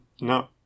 No